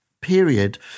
period